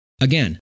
Again